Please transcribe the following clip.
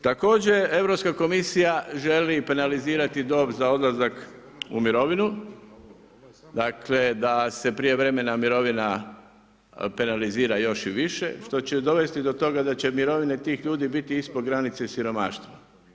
Također, Europska komisija želi penalizirati dob za odlazak u mirovinu, dakle, da se prijevremena mirovina penalizira još i više, što će dovesti do toga da će mirovine tih ljudi biti ispod granice siromaštva.